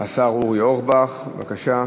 השר אורי אורבך, בבקשה.